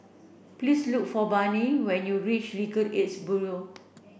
please look for Barney when you reach Legal Aid Bureau